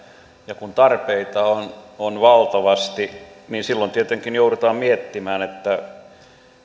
ja kun tarpeita on valtavasti niin silloin tietenkin joudutaan miettimään